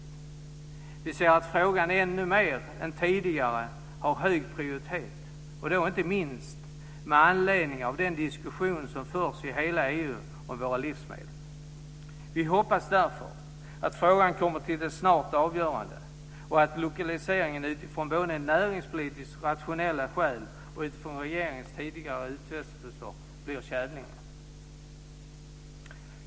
Vi ser att frågan ännu mer än tidigare har hög prioritet, och då inte minst med anledning av den diskussion som förs i hela EU om våra livsmedel. Vi hoppas därför att frågan kommer till ett snart avgörande och att lokaliseringen utifrån både näringspolitiskt rationella skäl och regeringens tidigare utfästelser sker till Kävlinge.